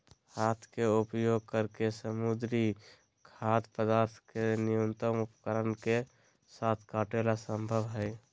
हाथ के उपयोग करके समुद्री खाद्य पदार्थ के न्यूनतम उपकरण के साथ काटे ले संभव हइ